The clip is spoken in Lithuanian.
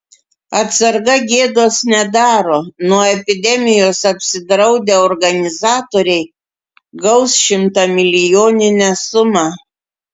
atsarga gėdos nedaro nuo epidemijos apsidraudę organizatoriai gaus šimtamilijoninę sumą